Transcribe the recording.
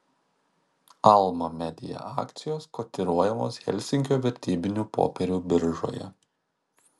alma media akcijos kotiruojamos helsinkio vertybinių popierių biržoje